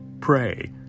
pray